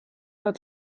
hat